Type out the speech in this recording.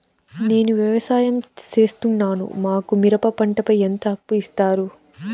నేను వ్యవసాయం సేస్తున్నాను, మాకు మిరప పంటపై ఎంత అప్పు ఇస్తారు